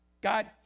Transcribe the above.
God